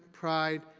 pride,